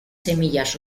semillas